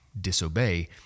disobey